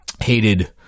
hated